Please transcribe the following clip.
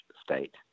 state